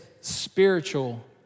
spiritual